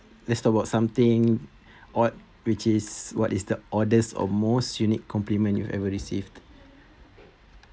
let's talk about something odd which is what is the oddest or most unique compliment you've ever received